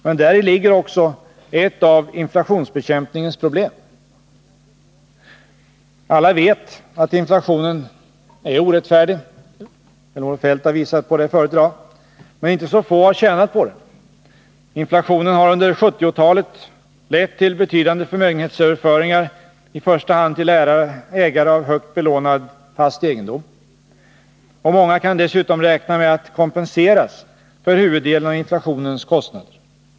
Men däri ligger också ett av inflationsbekämpningens problem. Alla vet att inflationen är orättfärdig. Kjell-Olof Feldt har talat om det tidigare i dag. Men inte så få har tjänat på inflationen. Inflationen har under 1970-talet lett till betydande förmögenhetsöverföringar i första hand till ägare av högt belånad fast egendom. Och många kan dessutom räkna med att kompenseras för huvuddelen av inflationens kostnader.